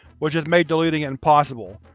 which has made deleting it impossible.